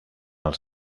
els